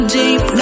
deep